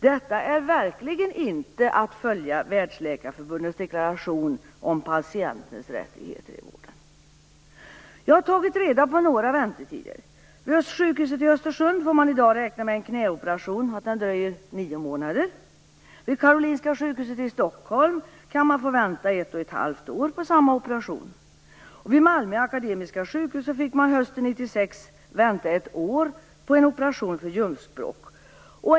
Detta är verkligen inte att följa Världsläkarförbundets deklaration om patienters rättigheter i vården! Jag har tagit reda på några väntetider. Vid sjukhuset i Östersund får man i dag räkna med att en knäoperation dröjer nio månader. Vid Karolinska sjukhuset i Stockholm kan man få vänta ett och ett halvt år på samma operation. Vid Malmö akademiska sjukhus fick man hösten 1996 vänta ett år på en operation för ljumskbråck.